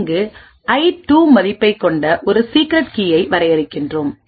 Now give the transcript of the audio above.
இங்கு ஐ2 மதிப்பைக் கொண்ட ஒரு சீக்ரெட் கீயைவரையறுக்கிறோம்